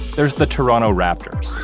there's the toronto raptors.